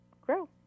grow